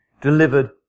delivered